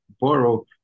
borrow